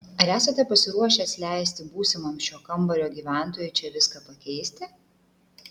ar esate pasiruošęs leisti būsimam šio kambario gyventojui čia viską pakeisti